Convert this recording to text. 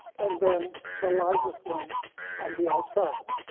and then the largest one on the outside.